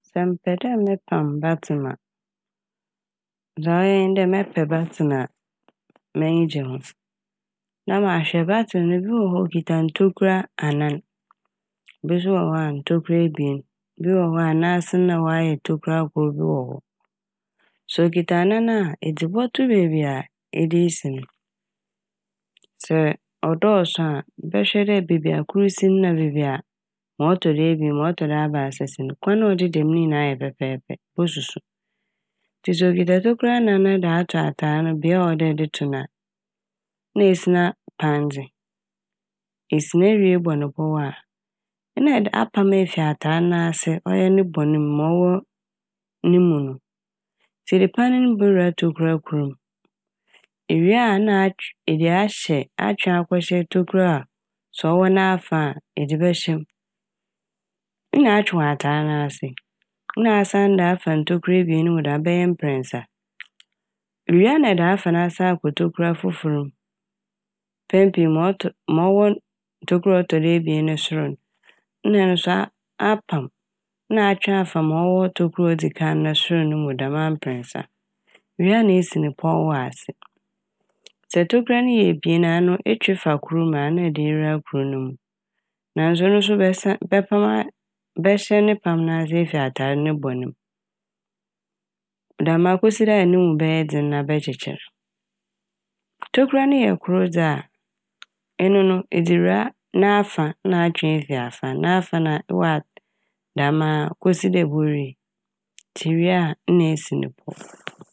Sɛ mepɛ dɛ mepam batsem a dza ɔyɛ nye dɛ mɛpɛ batsem a m'enyi gye ho. Na mahwɛ batsem no ebi wɔ hɔ a okitsa ntokura anan, bi so wɔ hɔ a ntokura ebien, bi wɔ hɔ a n'ase n' na ɔayɛ tokura kor bi wɔ hɔ. Sɛ okitsa anan a edze bɔto beebi a ede esi no, sɛ ɔdɔɔso a bɛhwɛ dɛ beebi a kor si n' na beebi a ma ɔtɔ ebien, ma ɔtɔ do abaasa si no kwan a ɔdededa mu ne nyinaa yɛ pɛpɛɛpɛ, bosusu. Ntsi sɛ okitsa tokura anan na ɛde ato atar no bea a ɔde to no a na esina pandze. Esina wie bɔ ne pɔw a nna- ede- apam efi atar n'ase ɔyɛ ne bɔn mu, ma ɔwɔ ne mu no. Ntsi edze pandze no bowura tokura kor mu, ewie na atw- ede ahyɛ -atwe akɔhyɛ tokura sɛ ɔwɔ n'afa a edze bɛhyɛ m', nna atwe wɔ atar n'ase na asan de afa ntokura ebien no bɛyɛ mprɛnsa a. Iwie a na ede afa nase akɔ tokura fofor mu, mpɛn pii ma ɔtɔ- ma ɔwɔ tokura ɔtɔ do ebien no sor no nna ɔno so aa-apam na atwe afa ma ɔwɔ tokura odzi kan no sor no mu dɛmara mprɛsa, ewie a na esi ne pɔw wɔ ase. Sɛ tokura ne yɛ ebien a ano etwe fa kor mu a na ede ewura kor no mu naaso ɔno so bɛsa- bɛpam aa- bɛhyɛ ne pam n'ase efi ne bɔn m' dɛmaa kosi dɛ no mu bɛyɛ dzen na ɛbɛkyekyer. Tokura no yɛ kor dze a ɛno no ɛdze wura n'afa na atwe efi afa, n'afa na aa-wa dɛmaa kosi dɛ ebowie ntsi iwie na esi ne pɔw.